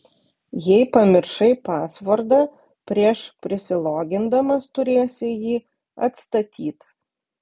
jei pamiršai pasvordą prieš prisilogindamas turėsi jį atstatyt